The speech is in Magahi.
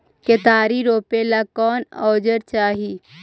केतारी रोपेला कौन औजर चाही?